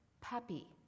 puppy